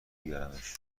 بیارمش